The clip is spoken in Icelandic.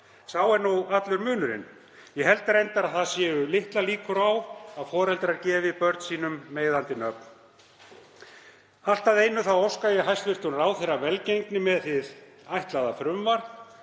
Sá er nú allur munurinn. Ég held reyndar að það séu litlar líkur á að foreldrar gefi börn sínum meiðandi nöfn. Allt að einu þá óska ég hæstv. ráðherra velgengni með hið ætlaða frumvarp